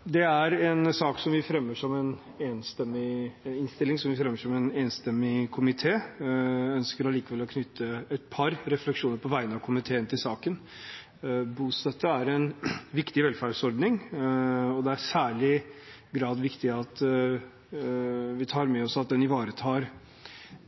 Dette er en innstilling som fremmes av en enstemmig komité, men jeg ønsker likevel å knytte et par refleksjoner til saken på vegne av komiteen. Bostøtte er en viktig velferdsordning, og det er i særlig grad viktig at vi tar med oss at den ivaretar